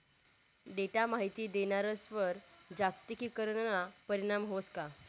Data माहिती देणारस्वर जागतिकीकरणना परीणाम व्हस का?